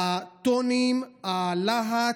הטונים, הלהט,